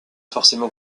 forcément